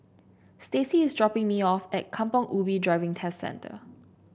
Staci is dropping me off at Kampong Ubi Driving Test Centre